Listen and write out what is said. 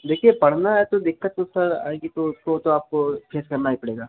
देखिए पढ़ना है तो दिक़्क़त आएगी तो उसकों तो आपको चेस करना ही पड़ेगा